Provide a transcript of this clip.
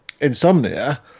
Insomnia